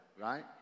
right